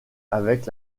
avec